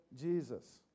Jesus